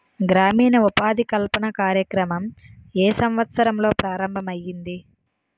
గ్రామీణ ఉపాధి కల్పన కార్యక్రమం ఏ సంవత్సరంలో ప్రారంభం ఐయ్యింది?